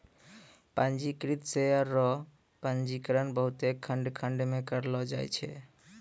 पंजीकृत शेयर रो पंजीकरण बहुते खंड खंड मे करलो जाय छै